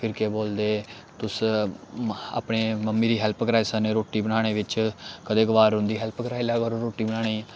फिर केह् बोलदे तुस अपने मम्मी दी हैल्प कराई सकने रोटी बनाने बिच्च कदें कभार उं'दी हैल्प कराई लै करो रोटी बनाने गी